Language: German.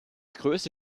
größte